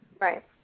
right